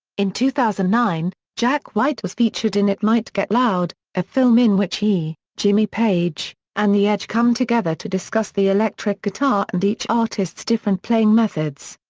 in two thousand and nine, jack white was featured in it might get loud, a film in which he, jimmy page, and the edge come together to discuss the electric guitar and each artist's different playing methods.